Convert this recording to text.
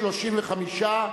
35,